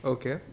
Okay